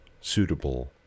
suitable